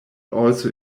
also